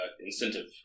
incentive